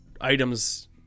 items